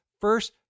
first